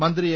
മന്ത്രി എ